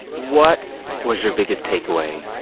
what was your biggest takeaway,